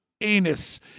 anus